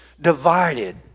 divided